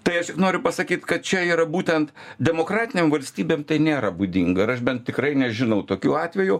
tai aš noriu pasakyt kad čia yra būtent demokratinėm valstybėm tai nėra būdinga ir aš bent tikrai nežinau tokių atvejų